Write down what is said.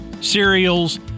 cereals